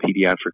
pediatric